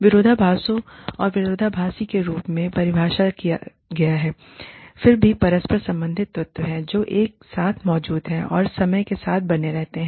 विरोधाभासों को विरोधाभासी के रूप में परिभाषित किया गया है फिर भी परस्पर संबंधित तत्व जो एक साथ मौजूद हैं और समय से साथ बने रहते हैं